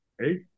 hey